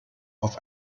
auf